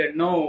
no